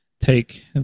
take